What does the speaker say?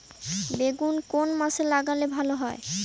বেগুন কোন মাসে লাগালে ভালো হয়?